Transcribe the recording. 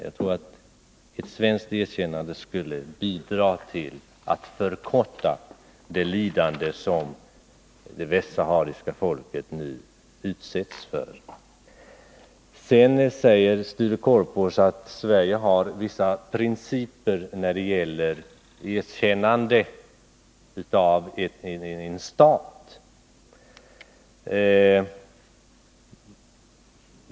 Jag tror att ett svenskt erkännande skulle bidra till att förkorta det lidande som det västsahariska folket nu utsätts för. Sture Korpås säger att Sverige har vissa principer när det gäller erkännande av en stat.